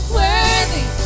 worthy